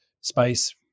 space